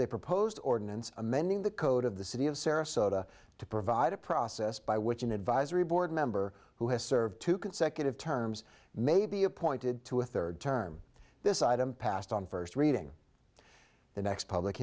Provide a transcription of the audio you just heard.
a proposed ordinance amending the code of the city of sarasota to provide a process by which an advisory board member who has served two consecutive terms may be appointed to a third term this item passed on first reading the next public